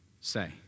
say